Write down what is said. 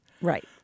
Right